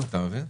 אתה מבין?